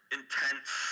intense